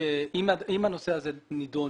שאם הנושא הזה נדון,